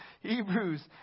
Hebrews